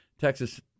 Texas –